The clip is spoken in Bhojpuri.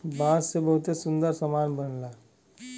बांस से बहुते सुंदर सुंदर सामान बनला